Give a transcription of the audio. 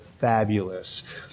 fabulous